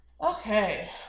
okay